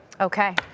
Okay